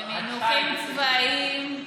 במונחים צבאיים,